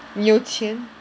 有钱